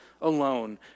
alone